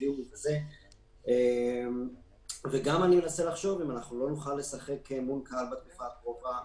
אני גם מנסה לחשוב אם לא נוכל לשחק מול קהל בתקופה הקרובה,